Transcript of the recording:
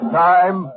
time